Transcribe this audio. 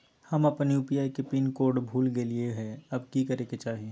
हम अपन यू.पी.आई के पिन कोड भूल गेलिये हई, अब की करे के चाही?